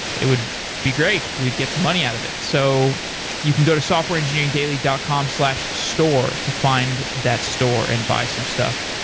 it would be great. we'd get some money out of it. so you can go to softwareengineeringdaily dot com slash store to find that store and buy some stuff.